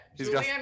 Julian